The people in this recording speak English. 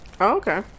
okay